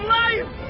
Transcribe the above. life